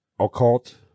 Occult